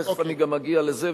תיכף אני אגיע לזה,